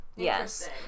Yes